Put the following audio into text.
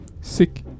Sick